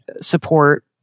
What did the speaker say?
support